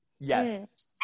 yes